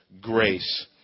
grace